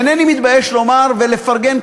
ואינני מתבייש לפרגן,